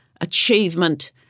achievement